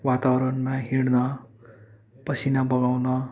वातावरणमा हिँड्न पसिना बगाउन